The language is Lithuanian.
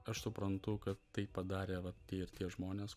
aš suprantu kad tai padarė va tie ir tie žmonės